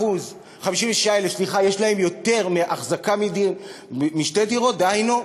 56,000 שיש להם יותר מהחזקה בשתי דירות, דהיינו,